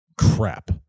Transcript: crap